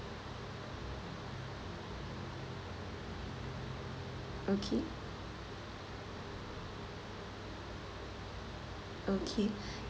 okay okay